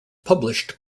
published